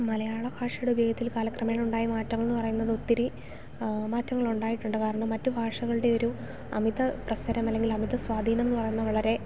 മലയാള ഭാഷയുടെ ഉപയോഗത്തിൽ കാലക്രമേണ ഉണ്ടായ മാറ്റം എന്നു പറയുന്നത് ഒത്തിരി മാറ്റങ്ങൾ ഉണ്ടായിട്ടുണ്ട് കാരണം മറ്റുഭാഷകളുടെ ഒരു അമിത പ്രസരം അല്ലെങ്കിൽ അമിത സ്വാധീനം എന്നു പറയുന്നത് വളരെ